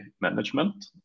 management